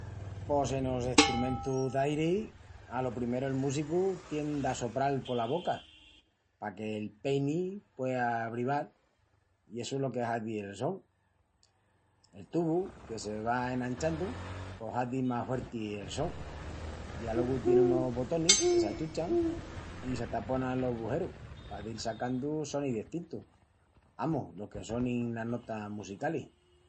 Pos enos estrumentus d'airi, alo primeru el músicu tien d'assopral pola boca paque'l peini puea brival i essu es lo que hazi el son. El tubu, que se va enanchandu pos hazi más huerti el son. I alogu tien unus botonis que s'achuchan i s'ataponan los bujerus pa dil sacandu sonis destintus, amus, lo que sonin las notas musicalis.